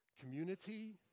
community